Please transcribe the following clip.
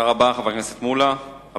חבר הכנסת מולה, תודה רבה.